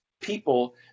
people